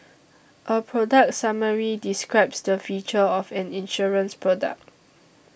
a product summary describes the features of an insurance product